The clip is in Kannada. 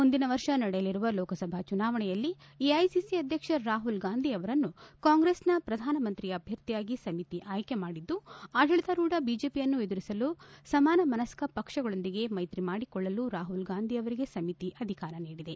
ಮುಂದಿನ ವರ್ಷ ನಡೆಯಲಿರುವ ಲೋಕಸಭಾ ಚುನಾವಣೆಯಲ್ಲಿ ಎಐಸಿಸಿ ಅಧ್ಯಕ್ಷ ರಾಹುಲ್ ಗಾಂಧಿ ಅವರನ್ನು ಕಾಂಗ್ರೆಸ್ನ ಪ್ರಧಾನ ಮಂತ್ರಿ ಅಭ್ಯರ್ಥಿಯಾಗಿ ಸಮಿತಿ ಆಯ್ಕೆ ಮಾಡಿದ್ದು ಆಡಳಿತಾರೂಢ ಬಿಜೆಪಿಯನ್ನು ಎದುರಿಸಲು ಸಮಾನ ಮನಸ್ಕ ಪಕ್ಷಗಳೊಂದಿಗೆ ಮೈತ್ರಿ ಮಾಡಿಕೊಳ್ಳಲು ರಾಹುಲ್ ಗಾಂಧಿಯವರಿಗೆ ಸಮಿತಿ ಅಧಿಕಾರ ನೀಡಿದೆ